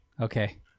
Okay